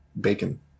Bacon